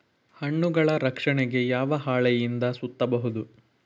ಹಣ್ಣುಗಳ ರಕ್ಷಣೆಗೆ ಯಾವ ಹಾಳೆಯಿಂದ ಸುತ್ತಬಹುದು?